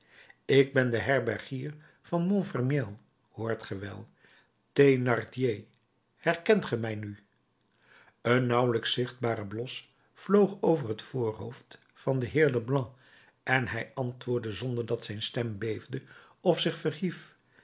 ik ben de herbergier van montfermeil hoort ge wel thénardier herkent ge mij nu een nauwelijks zichtbare blos vloog over het voorhoofd van den heer leblanc en hij antwoordde zonder dat zijn stem beefde of zich verhief